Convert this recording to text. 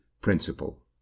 principle